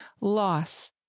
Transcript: Loss